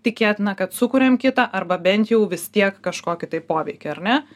tikėtina kad sukuriam kitą arba bent jau vis tiek kažkokį tai poveikį ar ne